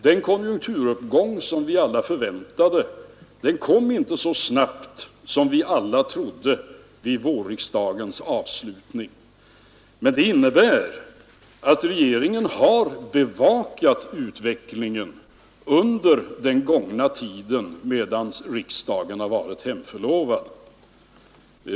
Den konjunkturuppgång som vi alla förväntade kom inte så snabbt som vi trodde vid vårriksdagens avslutning, men det innebär att regeringen har bevakat utvecklingen under den gångna tiden medan riksdagen varit hemförlovad.